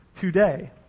today